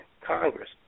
Congress